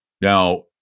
Now